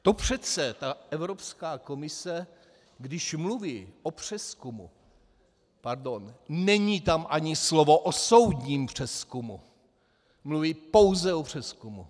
To přece ta Evropská komise, když mluví o přezkumu, pardon, není tam ani slovo o soudním přezkumu, mluví pouze o přezkumu.